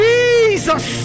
Jesus